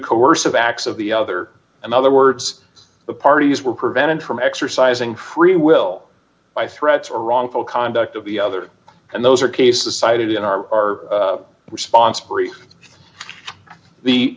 coercive acts of the other in other words the parties were prevented from exercising free will by threats or wrongful conduct of the other and those are cases cited in our response brief the